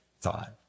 thought